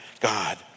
God